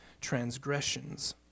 transgressions